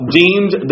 deemed